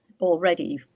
already